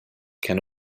can